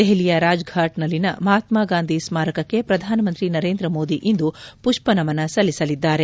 ದೆಹಲಿಯ ರಾಜ್ಫಾಟ್ನಲ್ಲಿನ ಮಹಾತ್ನಾ ಗಾಂಧಿ ಸ್ಮಾರಕಕ್ಕೆ ಪ್ರಧಾನಮಂತ್ರಿ ನರೇಂದ್ರ ಮೋದಿ ಇಂದು ಪುಷ್ವನಮನ ಸಲ್ಲಿಸಲಿದ್ದಾರೆ